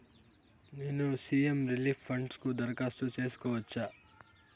నేను CM relief fund కు దరఖాస్తు సేసుకోవచ్చా?